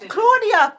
Claudia